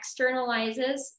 externalizes